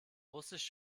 russisch